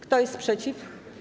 Kto jest przeciw?